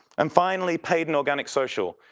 and finally, paid and organic social.